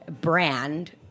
brand